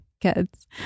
kids